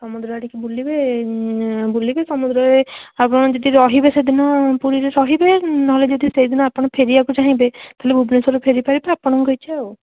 ସମୁଦ୍ର ଆଡ଼ିକି ବୁଲିବେ ବୁଲିକି ସମୁଦ୍ରରେ ଆପଣ ଯଦି ରହିବେ ସେଦିନ ପୁରୀରେ ରହିବେ ନହେଲେ ଯଦି ସେଇଦିନ ଆପଣ ଫେରିବାକୁ ଚାହିଁବେ ତା'ହେଲେ ଭୁବନେଶ୍ୱର ଫେରି ପାରିବେ ଆପଣଙ୍କ ଇଚ୍ଛା ଆଉ